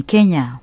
Kenya